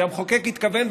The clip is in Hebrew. שהמחוקק התכוון,